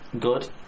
good